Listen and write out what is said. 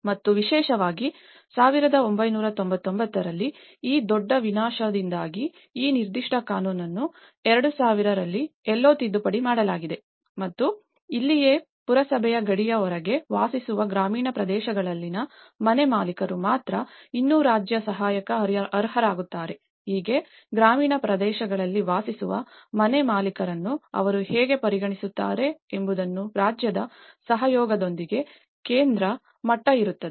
ಮತ್ತು ವಿಶೇಷವಾಗಿ 1999 ರಲ್ಲಿ ಈ ದೊಡ್ಡ ವಿನಾಶದಿಂದಾಗಿ ಈ ನಿರ್ದಿಷ್ಟ ಕಾನೂನನ್ನು 2000 ರಲ್ಲಿ ಎಲ್ಲೋ ತಿದ್ದುಪಡಿ ಮಾಡಲಾಗಿದೆ ಮತ್ತು ಇಲ್ಲಿಯೇ ಪುರಸಭೆಯ ಗಡಿಯ ಹೊರಗೆ ವಾಸಿಸುವ ಗ್ರಾಮೀಣ ಪ್ರದೇಶಗಳಲ್ಲಿನ ಮನೆಮಾಲೀಕರು ಮಾತ್ರ ಇನ್ನೂ ರಾಜ್ಯ ಸಹಾಯಕ್ಕೆ ಅರ್ಹರಾಗುತ್ತಾರೆ ಹೀಗೆ ಗ್ರಾಮೀಣ ಪ್ರದೇಶಗಳಲ್ಲಿ ವಾಸಿಸುವ ಮನೆಮಾಲೀಕರನ್ನು ಅವರು ಹೇಗೆ ಪರಿಗಣಿಸುತ್ತಾರೆ ಎಂಬುದನ್ನು ರಾಜ್ಯದ ಸಹಯೋಗದೊಂದಿಗೆ ಕೇಂದ್ರ ಮಟ್ಟ ಇರುತ್ತದೆ